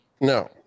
No